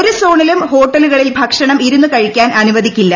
ഒരു സോണിലും ഹോട്ടലുകളിൽ ഭക്ഷണം ഇരുന്ന് കഴിക്കാൻ അനുവദിക്കില്ല